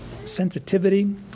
sensitivity